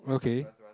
okay